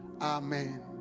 Amen